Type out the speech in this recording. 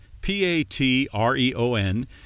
p-a-t-r-e-o-n